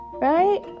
right